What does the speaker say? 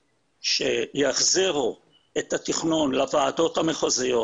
שיחזירו את התכנון לוועדות המחוזיות,